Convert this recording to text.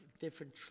different